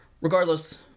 regardless